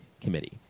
Committee